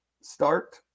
start